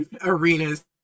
arenas